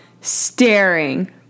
staring